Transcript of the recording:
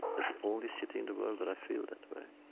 it's the only city in the world that i feel that way